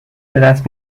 بدست